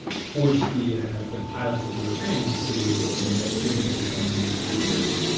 force the the pilots that we were training to you know make decisions based on limited information.